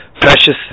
precious